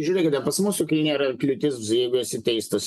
žiūrėkite pas mūsų nėra kliūtis jeigu esi teistas